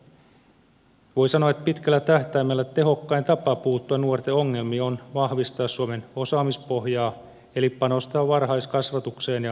voi sanoa että pitkällä tähtäimellä tehokkain tapa puuttua nuorten ongelmiin on vahvistaa suomen osaamispohjaa eli panostaa varhaiskasvatukseen ja perusopetukseen